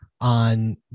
on